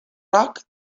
roc